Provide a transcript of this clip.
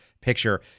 picture